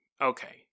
okay